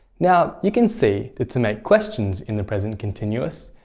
now, you can see that to make questions in the present continuous,